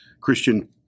Christian